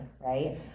right